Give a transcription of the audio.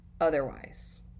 otherwise